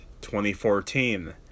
2014